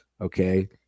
okay